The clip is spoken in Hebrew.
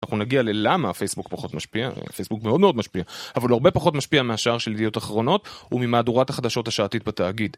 אנחנו נגיע ללמה הפייסבוק פחות משפיע פייסבוק מאוד מאוד משפיע אבל הוא הרבה פחות משפיע מהשער של ידיעות אחרונות וממהדורת החדשות השעתית בתאגיד.